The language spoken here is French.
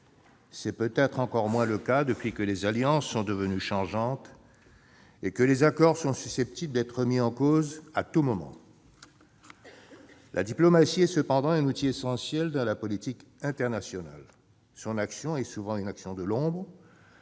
C'est peut-être encore moins le cas depuis que les alliances sont devenues changeantes et que les accords sont susceptibles d'être remis en cause à tout moment. La diplomatie est cependant un outil essentiel dans la politique internationale. Son action se fait souvent dans l'ombre.